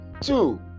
Two